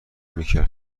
میکر